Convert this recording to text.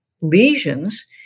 lesions